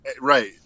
Right